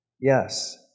Yes